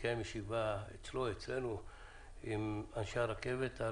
שתתקיים ישיבה אצלו או אצלנו עם אנשי הרכבת.